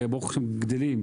שברוך השם גדלה,